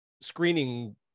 screening